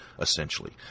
essentially